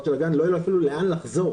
של הגן לא יהיה לו אפילו לאן לחזור.